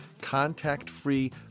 contact-free